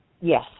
Yes